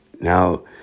now